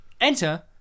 Enter